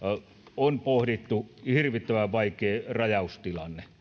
on pohdittu siinä on hirvittävän vaikea rajaustilanne